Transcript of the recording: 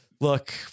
Look